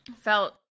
felt